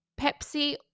Pepsi